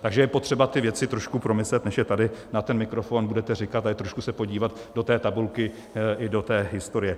Takže je potřeba ty věci trošku promyslet, než je tady na mikrofon budete říkat, a i trošku se podívat do té tabulky i do historie.